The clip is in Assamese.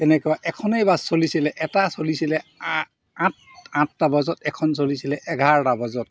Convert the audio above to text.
তেনেকুৱা এখনেই বাছ চলিছিলে এটা চলিছিলে আঠ আঠটা বজাত এখন চলিছিলে এঘাৰটা বজাত